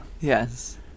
Yes